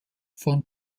von